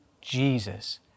Jesus